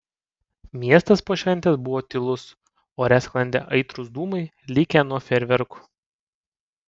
miestas po šventės buvo tylus ore sklandė aitrūs dūmai likę nuo fejerverkų